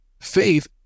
Faith